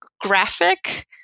graphic